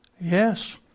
yes